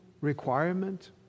requirement